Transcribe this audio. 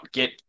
get